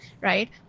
right